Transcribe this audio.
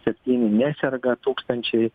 septyni neserga tūkstančiai